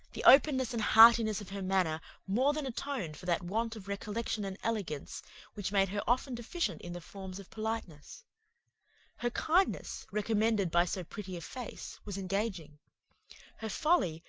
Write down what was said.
the openness and heartiness of her manner more than atoned for that want of recollection and elegance which made her often deficient in the forms of politeness her kindness, recommended by so pretty a face, was engaging her folly,